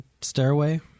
stairway